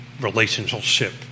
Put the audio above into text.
relationship